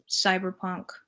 cyberpunk